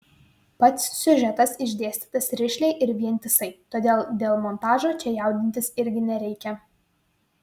pats siužetas išdėstytas rišliai ir vientisai todėl dėl montažo čia jaudintis irgi nereikia